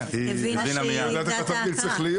הבינה שהיא איבדה את ההכרה.